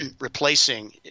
replacing